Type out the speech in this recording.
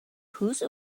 whose